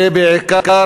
ובעיקר